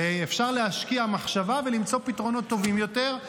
אפשר להשקיע מחשבה ולמצוא פתרונות טובים יותר.